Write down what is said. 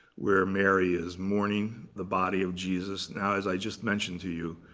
where mary is mourning the body of jesus. now, as i just mentioned to you,